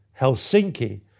Helsinki